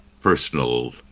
personal